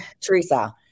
Teresa